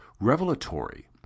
revelatory